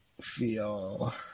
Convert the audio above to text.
feel